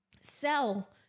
sell